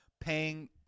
paying